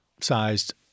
sized